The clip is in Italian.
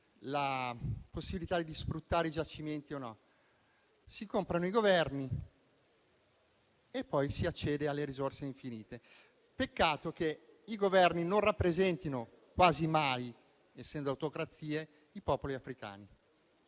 alla possibilità di sfruttare i giacimenti: si comprano i Governi e poi si accede alle risorse infinite. Peccato che i Governi non rappresentino quasi mai, essendo autocrazie, i popoli africani.